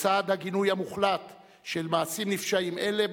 בצד הגינוי המוחלט של מעשים נפשעים אלה,